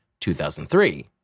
2003